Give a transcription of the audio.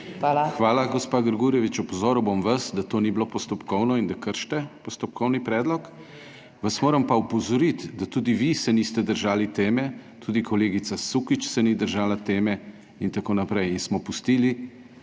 KRIVEC: Hvala, gospa Grgurevič. Opozoril bom vas, da to ni bilo postopkovno in da kršite postopkovni predlog. Vas moram pa opozoriti, da tudi vi se niste držali teme, tudi kolegica Sukič se ni držala teme itn. in smo pustili